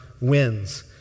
wins